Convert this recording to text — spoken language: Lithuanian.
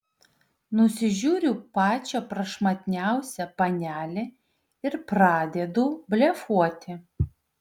nusižiūriu pačią prašmatniausią panelę ir pradedu blefuoti